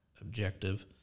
objective